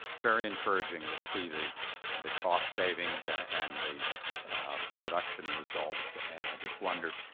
very encouraging to see the the cost savings and the production results and i just wondered,